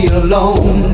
alone